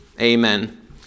Amen